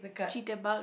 cheat about